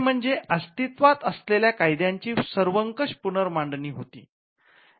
हे म्हणजे अस्तित्वात असलेल्या कायद्याची सर्वंकष पुनर्मांडणी होती